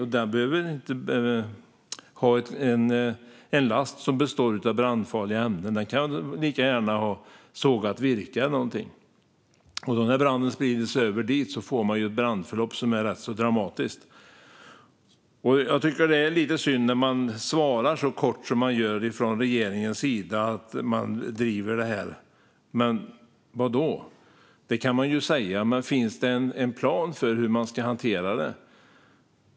Lastbilen behöver inte ha en last som består av brandfarliga ämnen, utan den kan lika gärna innehålla sågat virke eller någonting sådant. När branden sprider sig över dit får man ett brandförlopp som är rätt dramatiskt. Jag tycker att det är lite synd att svara så kort som man gör från regeringens sida. Man säger att man driver detta, men vadå? Man kan ju säga det, men finns det en plan för hur man ska hantera detta?